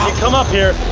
come up here,